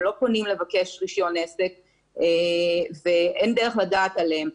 הם לא פונים לבקש רישיון עסק ואין דרך לדעת עליהם.